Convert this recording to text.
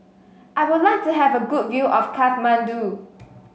I would like to have a good view of Kathmandu